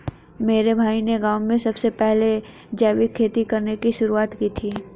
मेरे भाई ने गांव में सबसे पहले जैविक खेती करने की शुरुआत की थी